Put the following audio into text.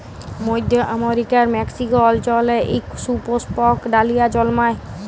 মইধ্য আমেরিকার মেক্সিক অল্চলে ইক সুপুস্পক ডালিয়া জল্মায়